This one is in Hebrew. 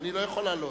אדוני לא יכול לעלות,